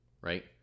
right